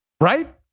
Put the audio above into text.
Right